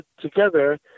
together